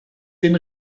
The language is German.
den